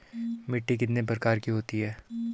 मिट्टी कितने प्रकार की होती है?